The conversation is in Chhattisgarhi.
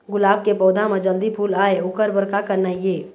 गुलाब के पौधा म जल्दी फूल आय ओकर बर का करना ये?